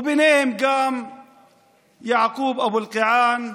וביניהם גם יעקב אבו אלקיעאן,